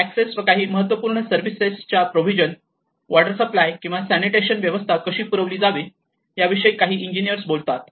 access व काही महत्त्वपूर्ण सर्विसेसच्या प्रोव्हिजन वॉटर सप्लाय किंवा सनिटेशन व्यवस्था कशी पुरविली जावी याविषयी काही इंजिनियर्स बोलतात